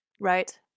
Right